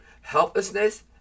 helplessness